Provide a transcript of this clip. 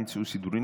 נמצאו סידורים.